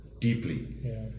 deeply